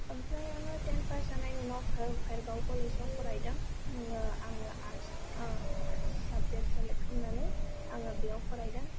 ओमफ्राय आङो ten pass जानायनि उनाव भेर भेरगाव कलेजाव फरायदों उनाव आङो आर्टस साबजेक्ट सेलेक्ट खामनानै आङो बेयाव फरायदों